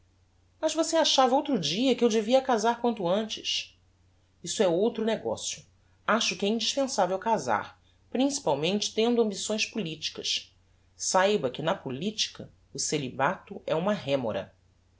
mas você achava outro dia que eu devia casar quanto antes isso é outro negocio acho que é indispensavel casar principalmente tendo ambições politicas saiba que na politica o celibato é uma rémora